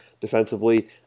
defensively